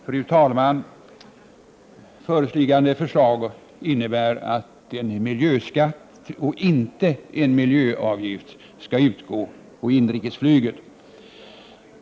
Fru talman! Föreliggande förslag innebär att en miljöskatt — och inte en miljöavgift — skall utgå på inrikesflyget.